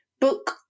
book